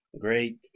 Great